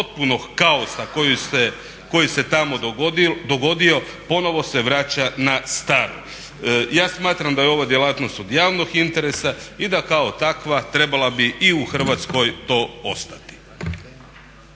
potpunog kaosa koji se tamo dogodio ponovo se vraća na staro. Ja smatram da je ovo djelatnost od javnog interesa i da kao takva trebala bi i u Hrvatskoj to ostati.